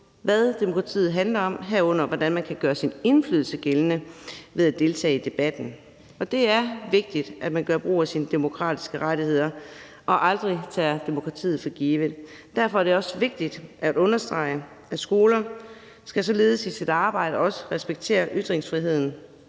hvad demokratiet handler om, herunder hvordan man kan gøre sin indflydelse gældende ved at deltage i debatten. Og det er vigtigt, at man gør brug af sine demokratiske rettigheder og aldrig tager demokratiet for givet. Derfor er det også vigtigt at understrege, at skoler således i deres arbejde også skal respektere ytringsfriheden,